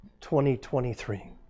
2023